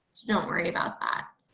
so don't worry about that.